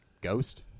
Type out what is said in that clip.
Ghost